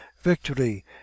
Victory